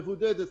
מבודדת,